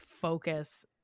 focus